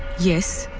yes.